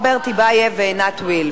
רוברט טיבייב ועינת וילף.